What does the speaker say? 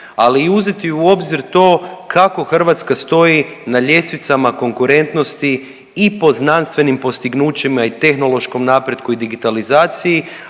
ali i uzeti u obzir to kako Hrvatska stoji na ljestvicama konkurentnosti i po znanstvenim postignućima i tehnološkom napretku i digitalizaciji,